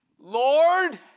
Lord